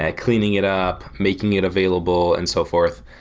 ah cleaning it up, making it available and so forth.